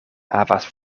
havas